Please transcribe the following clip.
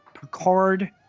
Picard